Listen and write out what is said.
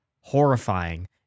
horrifying